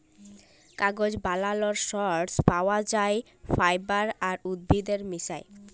কাগজ বালালর সর্স পাউয়া যায় ফাইবার আর উদ্ভিদের মিশায়